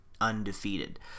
undefeated